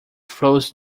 flows